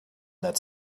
that